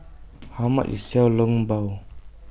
How much IS Xiao Long Bao